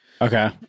Okay